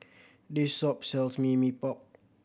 this shop sells mee Mee Pok